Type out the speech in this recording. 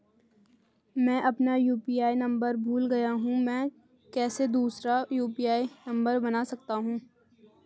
मैं अपना UPI number भूल गया हूँ मैं कैसे दूसरा यु.पी.आई नम्बर बना सकता हूँ?